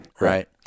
right